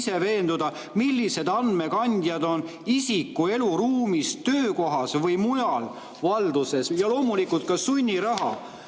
ise veenduda, millised andmekandjad on isiku eluruumis, töökohas või mujal tema valduses. Ja loomulikult [on ka